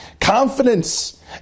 Confidence